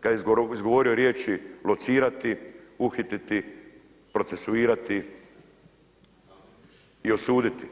kada je izgovorio riječi „locirati, uhititi, procesuirati i osuditi“